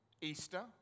Easter